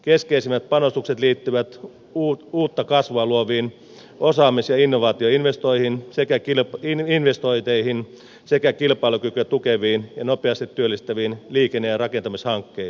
keskeisimmät panostukset liittyvät uutta kasvua luoviin osaamis ja innovaatioinvestointeihin sekä kilpailukykyä tukeviin ja nopeasti työllistäviin liikenne ja rakentamishankkeisiin